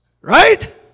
Right